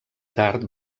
tard